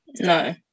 No